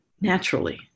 naturally